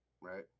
Right